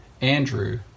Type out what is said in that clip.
Andrew